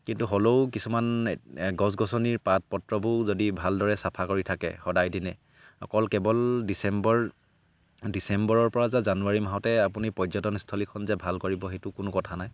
কিন্তু হ'লেও কিছুমান গছ গছনিৰ পাত পত্ৰবোৰ যদি ভালদৰে চাফা কৰি থাকে সদায় দিনে অকল কেৱল ডিচেম্বৰ ডিচেম্বৰৰ পৰা যে জানুৱাৰী মাহতে আপুনি পৰ্যটনস্থলীখন যে ভাল কৰিব সেইটো কোনো কথা নাই